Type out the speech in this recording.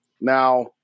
Now